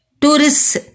tourists